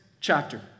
chapter